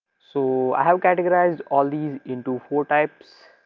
so i have categorized all these into four types.